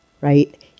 right